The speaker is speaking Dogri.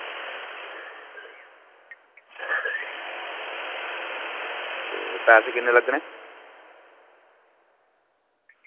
अच्छा पैसे किन्ने लग्गने